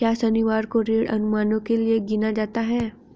क्या शनिवार को ऋण अनुमानों के लिए गिना जाता है?